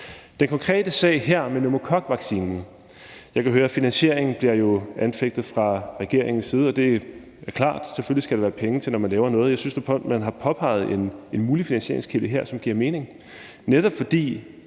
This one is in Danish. den konkrete sag her med pneumokokvaccinen kan jeg høre, at finansieringen bliver anfægtet fra regeringens side, og det er selvfølgelig klart, at der skal være penge til det, når man laver noget. Jeg synes nu, man her har peget på en mulig finansieringskilde, som giver mening,